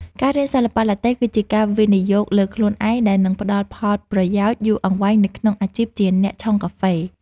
ការរៀនសិល្បៈឡាតេ គឺជាការវិនិយោគលើខ្លួនឯងដែលនឹងផ្តល់ផលប្រយោជន៍យូរអង្វែងនៅក្នុងអាជីពជាអ្នកឆុងកាហ្វេ។